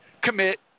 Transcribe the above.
commit